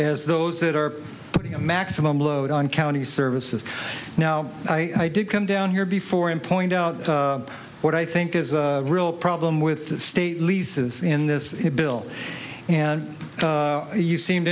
as those that are putting a maximum load on county services now i did come down here before and point out what i think is a real problem with the state leases in this bill and you seemed